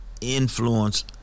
influence